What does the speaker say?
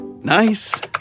Nice